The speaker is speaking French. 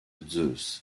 zeus